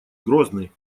грозный